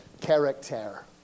Character